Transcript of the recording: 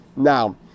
Now